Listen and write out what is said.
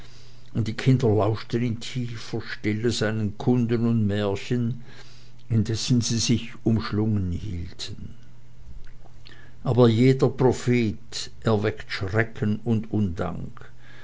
und die kinder lauschten in tiefer stille seinen kunden und märchen indessen sie sich umschlungen hielten aber jeder prophet erweckt schrecken und undank